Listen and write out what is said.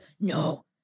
No